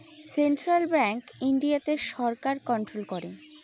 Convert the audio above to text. central bank ইন্ডিয়াতে সরকার control করে